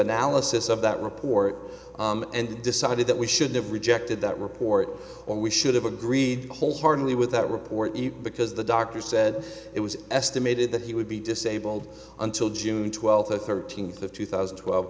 analysis of that report and decided that we should have rejected that report or we should have agreed wholeheartedly with that report it because the doctor said it was estimated that he would be disabled until june twelfth or thirteenth of two thousand and twelve